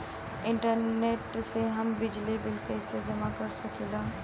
Internet से हम बिजली बिल कइसे जमा कर सकी ला?